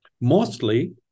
Mostly